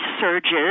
surges